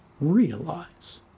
realize